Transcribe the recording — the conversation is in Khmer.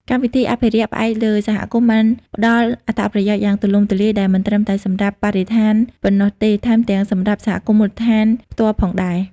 កម្មវិធីអភិរក្សផ្អែកលើសហគមន៍បានផ្ដល់អត្ថប្រយោជន៍យ៉ាងទូលំទូលាយ ដែលមិនត្រឹមតែសម្រាប់បរិស្ថានប៉ុណ្ណោះទេ ថែមទាំងសម្រាប់សហគមន៍មូលដ្ឋានផ្ទាល់ផងដែរ។